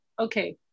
okay